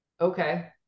Okay